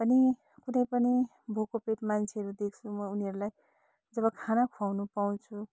पनि कुनै पनि भोको पेट मान्छेहरू देख्छु म उनीहरूलाई जब खाना खुवाउन पाउँछु